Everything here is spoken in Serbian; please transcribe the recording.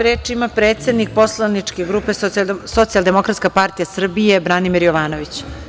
Reč ima predsednik Poslaničke grupe Socijaldemokratska partija Srbije, Branimir Jovanović.